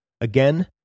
Again